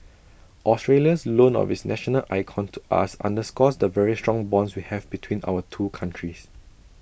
Australia's loan of its national icon to us underscores the very strong bonds we have between our two countries